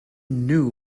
knew